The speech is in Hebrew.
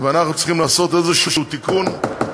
ואנחנו צריכים לעשות איזשהו תיקון כדי,